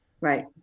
right